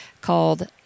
called